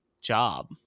job